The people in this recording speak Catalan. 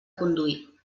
conduir